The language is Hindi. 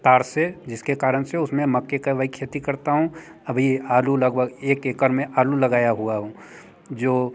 तार से जिसके कारण से उस में मक्के का वही खेती करता हूँ अभी आलू लगभग एक एकड़ में आलू लगाया हुआ हूँ जो